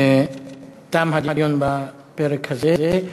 תם הדיון בפרק הזה.